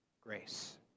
grace